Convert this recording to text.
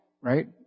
right